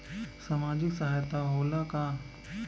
सामाजिक सहायता होला का?